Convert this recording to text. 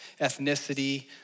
ethnicity